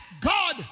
God